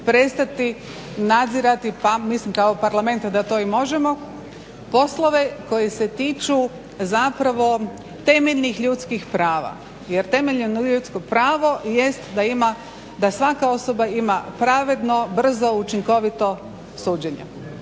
prestati nadzirati, pa mislim kao Parlament da to i možemo, poslove koji se tiču zapravo temeljnih ljudskih prava jer temeljno ljudsko pravo jest da ima da svaka osoba ima pravedno, brzo, učinkovito suđenje.